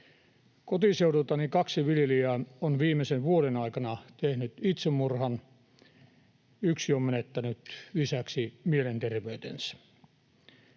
Kotiseudultani kaksi viljelijää on viimeisen vuoden aikana tehnyt itsemurhan. Lisäksi yksi on menettänyt mielenterveytensä.